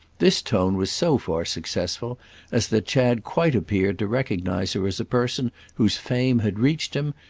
this tone was so far successful as that chad quite appeared to recognise her as a person whose fame had reached him,